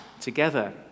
together